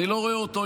אני לא רואה אותו.